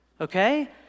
okay